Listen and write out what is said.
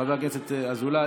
חבר הכנסת אזולאי,